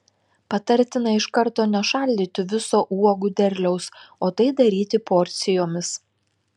patartina iš karto nešaldyti viso uogų derliaus o tai daryti porcijomis